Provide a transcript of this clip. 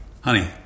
Honey